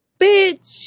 Bitch